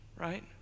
Right